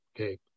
okay